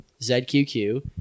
ZQQ